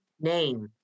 name